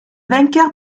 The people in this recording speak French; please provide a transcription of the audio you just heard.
vainqueur